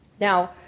Now